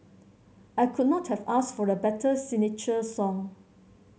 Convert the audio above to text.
I could not have asked for a better signature song